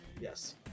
yes